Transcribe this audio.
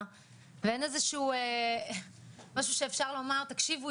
ואין איזה שהוא משהו שאפשר לומר 'תקשיבו,